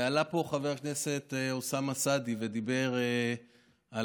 עלה פה חבר הכנסת אוסאמה סעדי ודיבר על